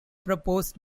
proposed